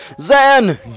Zan